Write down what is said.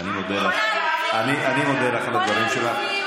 אני מודה לך על הדברים שלך.